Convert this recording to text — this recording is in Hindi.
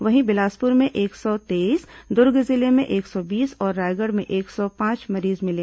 वहीं बिलासपुर में एक सौ तेईस दुर्ग जिले में एक सौ बीस और रायगढ़ में एक सौ पांच मरीज मिले